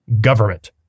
government